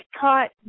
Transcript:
caught